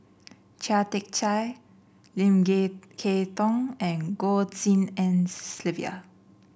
Chia Tee Chiak Lim Kay Tong and Goh Tshin En Sylvia